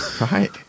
right